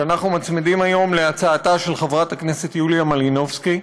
שאנחנו מצמידים היום להצעתה של חברת הכנסת יוליה מלינובסקי.